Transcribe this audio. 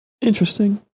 Interesting